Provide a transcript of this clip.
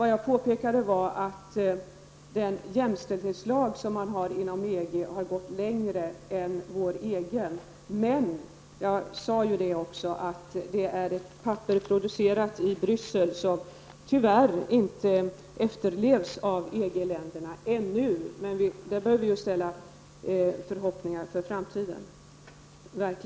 Vad jag påpekade var att den jämställdhetslag som finns inom EG går längre än vår egen. Jag sade även att det är ett papper producerat i Bryssel som tyvärr ännu inte efterlevs av EG-länderna. Men vi bör ställa förhoppningar inför framtiden.